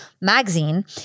Magazine